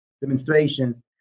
demonstrations